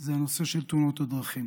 זה הנושא של תאונות הדרכים